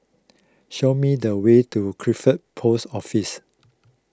show me the way to Crawford Post Office